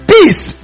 Peace